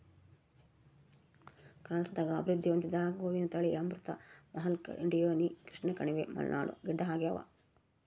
ಕರ್ನಾಟಕದಾಗ ಅಭಿವೃದ್ಧಿ ಹೊಂದಿದ ಗೋವಿನ ತಳಿ ಅಮೃತ್ ಮಹಲ್ ಡಿಯೋನಿ ಕೃಷ್ಣಕಣಿವೆ ಮಲ್ನಾಡ್ ಗಿಡ್ಡಆಗ್ಯಾವ